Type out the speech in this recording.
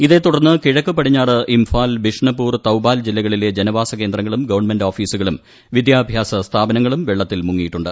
ഇതേ തുടർന്ന് കിഴക്ക് പടിഞ്ഞാറ് ഇംഫാൽ ബിഷ്നപൂർ തൌബാൽ ജില്ലകളിലെ ജനവാസകേന്ദ്രങ്ങളും ഗവൺമെന്റ് ഓഫീസുകളും വിദ്യാഭ്യാസ സ്ഥാപനങ്ങളും വെള്ളത്തിൽ മുങ്ങിയിട്ടുണ്ട്